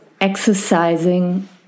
exercising